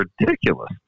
ridiculous